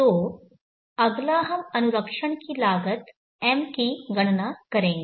तो अगला हम अनुरक्षण की लागत M की गणना करेंगे